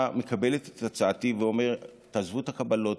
מקבלת את הצעתי ואומרת: תעזבו את הקבלות,